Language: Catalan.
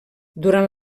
durant